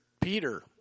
Peter